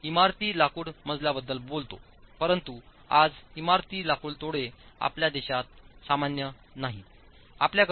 code इमारती लाकूड मजल्यांबद्दल बोलतो परंतु आज इमारती लाकूडतोडे आपल्या देशात सामान्य नाहीत